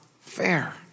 fair